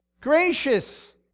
gracious